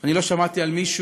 אני לא שמעתי על מישהו